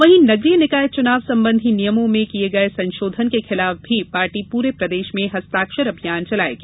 वहीं नगरीय निकाय चुनाव संबंधी नियमों में किए गए संशोधन के खिलाफ भी पार्टी पूरे प्रदेश में हस्ताक्षर अभियान चलायेगी